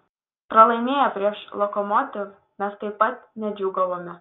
pralaimėję prieš lokomotiv mes taip pat nedžiūgavome